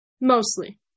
Mostly